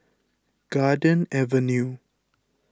Garden Avenue